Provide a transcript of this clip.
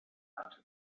fatima